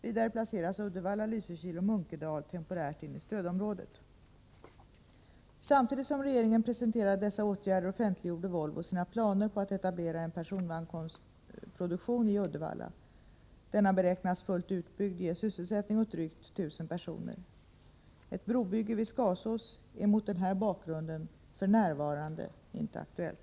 Vidare placeras Uddevalla, Lysekil och Munkedal temporärt in i stödområdet. Samtidigt som regeringen presenterade dessa åtgärder offentliggjorde Volvo sina planer på att etablera en personvagnsproduktion i Uddevalla. Denna beräknas fullt utbyggd ge sysselsättning åt drygt 1 000 personer. Ett brobygge vid Skasås är mot den bakgrunden f.n. inte aktuellt.